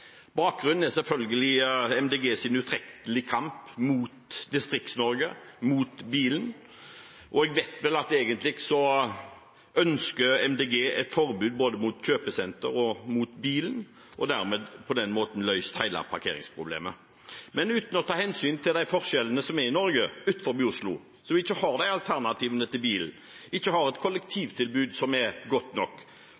Bakgrunnen er selvfølgelig Miljøpartiet De Grønnes utrettelige kamp mot Distrikts-Norge, mot bilen, og jeg vet vel at Miljøpartiet De Grønne egentlig ønsker et forbud mot både kjøpesentre og biler og på den måten få løst hele parkeringsproblemet. Det er uten å ta hensyn til de forskjellene som er i Norge – utenfor Oslo, hvor man ikke har alternativene til bil, ikke har et